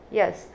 yes